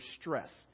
stress